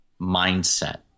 mindset